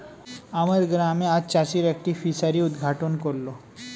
আমার গ্রামে আজ চাষিরা একটি ফিসারি উদ্ঘাটন করল